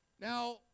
now